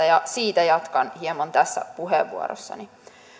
ja siitä jatkan hieman tässä puheenvuorossani